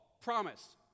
promise